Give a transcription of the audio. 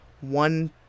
one